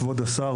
כבוד השר,